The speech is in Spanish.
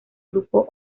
grupo